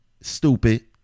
Stupid